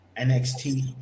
NXT